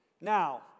Now